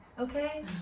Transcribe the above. okay